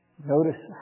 Notice